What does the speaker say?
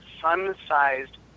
sun-sized